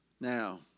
Now